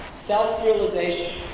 Self-realization